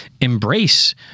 embrace